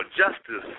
justice